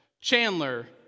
Chandler